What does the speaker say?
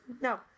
No